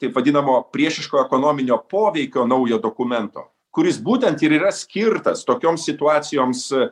taip vadinamo priešiško ekonominio poveikio naujo dokumento kuris būtent ir yra skirtas tokioms situacijoms